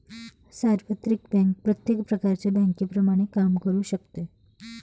सार्वत्रिक बँक प्रत्येक प्रकारच्या बँकेप्रमाणे काम करू शकते